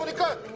but cook.